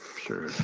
sure